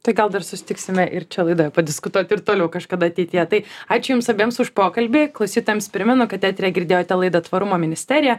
tai gal dar susitiksime ir čia laidoje padiskutuoti ir toliau kažkada ateityje tai ačiū jums abiems už pokalbį klausytojams primenu kad eteryje girdėjote laidą tvarumo ministeriją